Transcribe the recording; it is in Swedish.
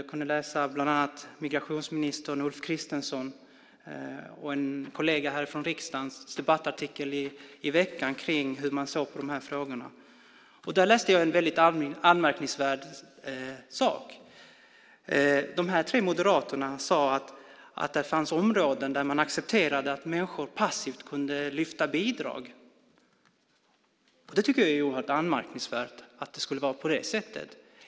Jag kunde läsa en debattartikel i veckan av migrationsministern, Ulf Kristersson och en kollega från riksdagen om hur de såg på frågorna. Jag läste något anmärkningsvärt. De tre moderaterna sade att det fanns områden där de accepterade att människor passivt kunde lyfta bidrag. Det är oerhört anmärkningsvärt att det skulle vara på det sättet.